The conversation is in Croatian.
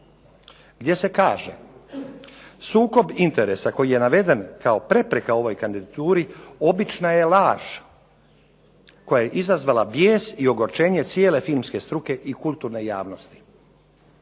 gdje se kaže sukob interesa koji je naveden kao prepreka ovoj kandidaturi obična je laž koja je izazvala bijes i ogorčenje cijele filmske struke i kulturne javnosti.